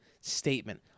statement